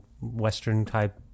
Western-type